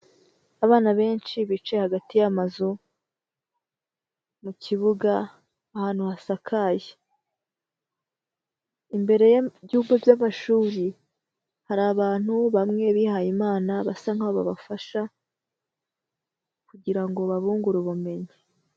Abana benshi bicaye hagati y'amazu mu kibuga ahantu hasakaye. Imbere y'ibyumba by'amashuri, hari abantu bamwe bihaye Imana basa nkaho babafasha, kugira ngo babungure ubumenyi.